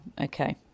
okay